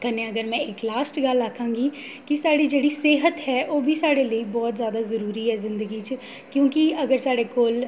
कन्नै अगर में इक लास्ट गल्ल आक्खां कि साढ़ी जेह्ड़ी सेह्त है ओह् बी साढ़े लेई बहुत जैदा जरूरी ऐ जिंदगी च क्योंकि अगर साढ़े कोल